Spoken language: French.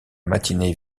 matinée